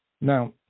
Now